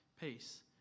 peace